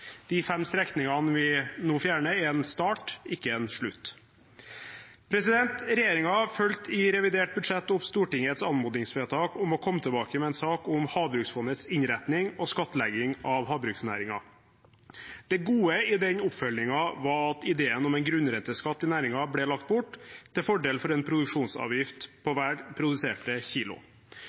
De fem strekningene vi nå fjerner, er en start, ikke en slutt. Regjeringen fulgte i revidert budsjett opp Stortingets anmodningsvedtak om å komme tilbake med en sak om Havbruksfondets innretning og skattlegging av havbruksnæringen. Det gode i den oppfølgingen var at ideen om en grunnrenteskatt i næringen ble lagt bort til fordel for en produksjonsavgift på hver produserte